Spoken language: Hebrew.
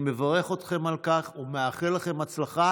אני מברך אתכם על כך ומאחל לכם הצלחה